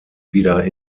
wieder